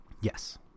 yes